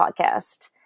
podcast